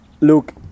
look